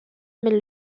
mène